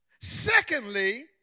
Secondly